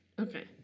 Okay